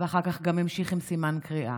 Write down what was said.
ואחר כך גם המשיך עם סימן קריאה.